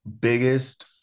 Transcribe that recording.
biggest